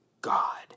God